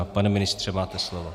Pane ministře, máte slovo.